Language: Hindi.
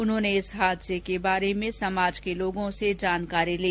उन्होंने इस हादसे के बारे में समाज के लोगों से जानकारी ली